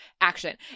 action